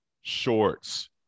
shorts